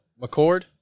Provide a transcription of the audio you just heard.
McCord